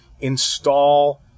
install